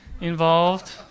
involved